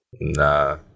Nah